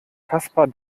caspar